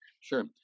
Sure